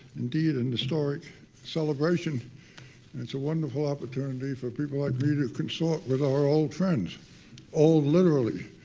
indeed, an historic celebration it's a wonderful opportunity for people like me to consult with our old friends old, literally,